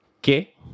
que